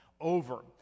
over